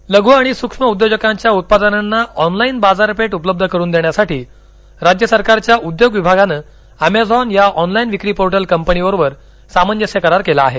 करार लघ आणि सुक्ष्म उद्योजकांच्या उत्पादनांना ऑनलाईन बाजारपेठ उपलब्ध करून देण्यासाठी राज्य सरकारच्या उद्योग विभागानं अमेझॉन या ऑनलाईन विक्री पोर्टल कंपनीबरोबर सामंजस्य करार केला आहे